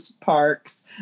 parks